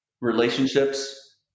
relationships